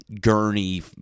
Gurney